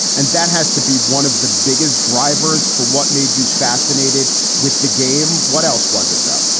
and that has to be one of the biggest drivers for. what made you fascinated with the game. what else was it, though?